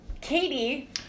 Katie